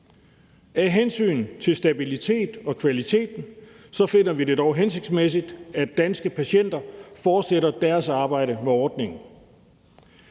Af hensyn til stabilitet og kvalitet finder vi det dog hensigtsmæssigt, at Danske Patienter fortsætter deres arbejde med ordningen.